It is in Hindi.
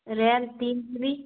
रैम तीन जी बी